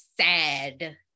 sad